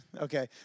Okay